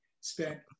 spent